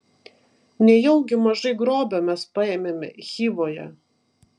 nejaugi mažai grobio mes paėmėme chivoje